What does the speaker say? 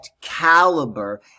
caliber